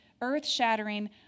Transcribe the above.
earth-shattering